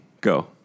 go